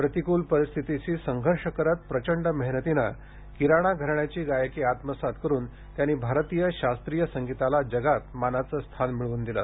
प्रतिकूल परिस्थितीशी संघर्ष करत प्रचंड मेहनतीने किराणा घराण्याची गायकी आत्मसात करून त्यांनी भारतीय शास्त्रीय संगीताला जगात मानाच स्थान मिळवून दिल